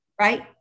right